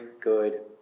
good